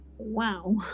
wow